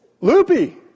loopy